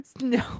No